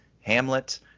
Hamlet